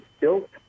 built